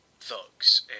thugs